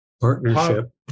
partnership